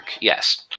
yes